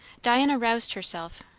diana roused herself,